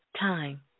time